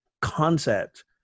concept